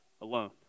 alone